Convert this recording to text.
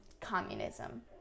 communism